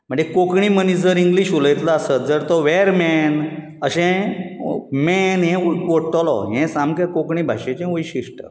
म्हणजे कोंकणी मनीस जर इंग्लीश उलयतलो आसत जर तो वॅर मॅन अशें मॅन हें ओडटलो हें सामकें कोंकणी भाशेचें वैशिश्ट